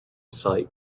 site